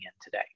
today